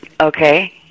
okay